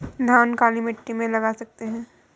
धान काली मिट्टी में लगा सकते हैं?